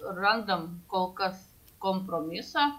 randam kol kas kompromisą